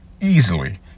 easily